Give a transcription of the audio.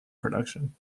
production